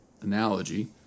analogy